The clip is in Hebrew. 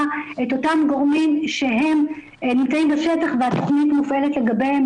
את אותם גורמים שנמצאים בשטח והתכנית מופעלת לגביהם,